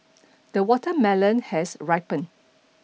the watermelon has ripened